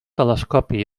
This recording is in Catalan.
telescopi